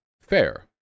fair